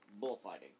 bullfighting